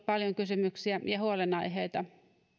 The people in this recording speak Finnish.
paljon kysymyksiä ja huolenaiheita